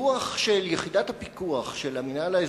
דוח של יחידת הפיקוח של המינהל האזרחי,